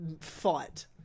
fight